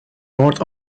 north